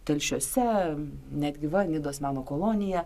telšiuose netgi va nidos meno kolonija